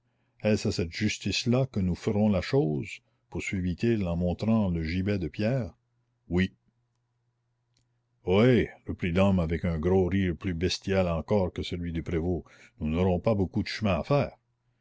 est-ce à cette justice là que nous ferons la chose poursuivit-il en montrant le gibet de pierre oui ho hé reprit l'homme avec un gros rire plus bestial encore que celui du prévôt nous n'aurons pas beaucoup de chemin à faire